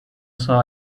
saw